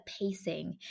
pacing